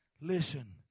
Listen